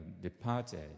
departed